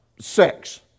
sex